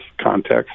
context